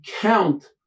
count